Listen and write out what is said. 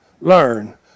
learn